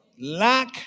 lack